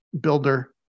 builder